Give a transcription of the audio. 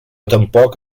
tampoc